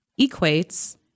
equates